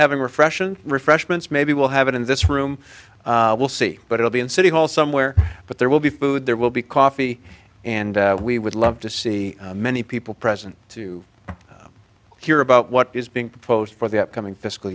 having refreshment refreshments maybe we'll have it in this room we'll see but it'll be in city hall somewhere but there will be food there will be coffee and we would love to see many people present to hear about what is being proposed for the upcoming fiscal